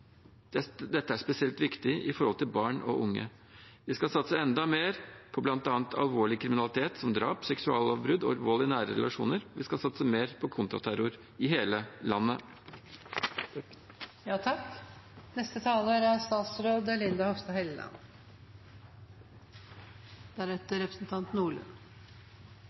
dette er spesielt viktig med hensyn til barn og unge. Vi skal satse enda mer på bl.a. alvorlig kriminalitet som drap, seksuallovbrudd og vold i nære relasjoner, og vi skal satse mer på kontraterror – i hele